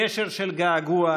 קשר של געגוע,